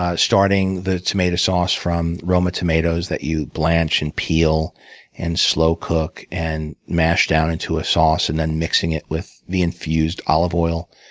ah starting the tomato sauce from roma tomatoes that you blanche and peel and slow cook and mash down into a sauce, and then mixing it with the infused olive oil.